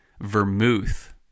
vermouth